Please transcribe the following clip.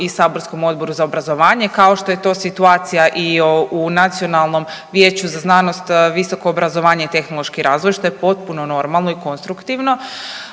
i saborskom Odboru za obrazovanje kao što je to situacija i u Nacionalnom vijeću za znanost, visoko obrazovanje i tehnološki razvoj što je potpuno normalno i konstruktivno.